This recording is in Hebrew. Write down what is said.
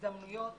להזדמנויות